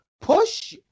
push